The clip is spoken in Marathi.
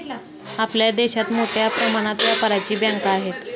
आपल्या देशात मोठ्या प्रमाणात व्यापारी बँका आहेत